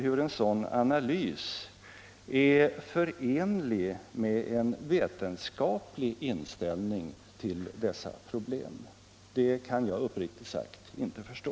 Hur en sådan analys är förenlig med en vetenskaplig inställning till dessa problem kan jag uppriktigt sagt inte förstå.